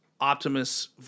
Optimus